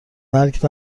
مرگت